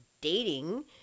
dating